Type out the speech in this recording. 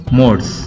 modes